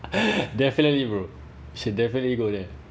definitely bro should definitely go there